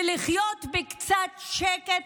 ולחיות בקצת שקט,